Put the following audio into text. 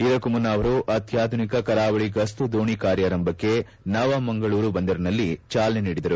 ಇದಕ್ಕೂ ಮುನ್ನ ಅವರು ಅತ್ಯಾಧುನಿಕ ಕರಾವಳಿ ಗಸ್ತು ದೋಣಿ ಕಾರ್ಯಾರಂಭಕ್ಕೆ ನವ ಮಂಗಳೂರು ಬಂದರಿನಲ್ಲಿ ಚಾಲನೆ ನೀಡಿದರು